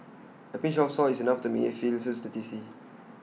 A pinch of salt is enough to make A Veal Stew tasty